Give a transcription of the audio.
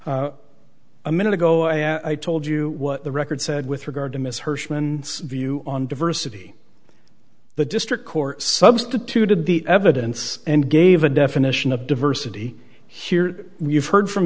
position a minute ago i told you what the record said with regard to ms hirshman view on diversity the district court substituted the evidence and gave a definition of diversity here you've heard from